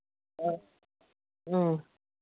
ꯑꯥ ꯎꯝ